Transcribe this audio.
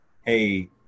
hey